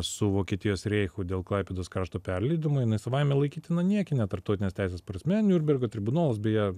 su vokietijos reichu dėl klaipėdos kraštu perleidimui laisvajame laikytina niekine tarptautinės teisės prasme niurnbergo tribunolas beje